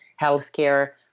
healthcare